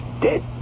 dead